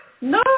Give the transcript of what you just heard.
No